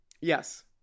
Yes